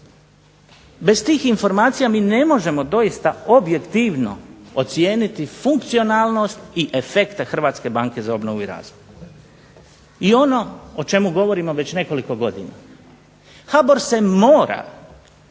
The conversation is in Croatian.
bez tih informacija mi ne možemo doista objektivno ocijeniti funkcionalnost i efekte HBOR-a. I ono o čemu govorimo već nekoliko godina HBOR se mora